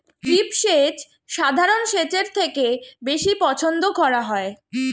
drip সেচ সাধারণ সেচের থেকে বেশি পছন্দ করা হয়